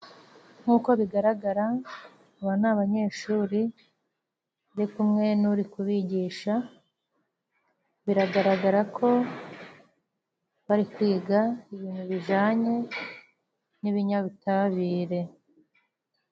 Nk'uko bigaragara, aba ni abanyeshuri, bari kumwe n'uri kubigisha ,biragaragara ko bari kwiga, ibintu bijyanye n'ibinyabutabire.